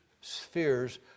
spheres